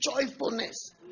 joyfulness